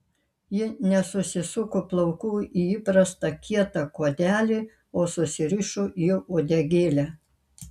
ji nesusisuko plaukų į įprastą kietą kuodelį o susirišo į uodegėlę